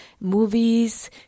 movies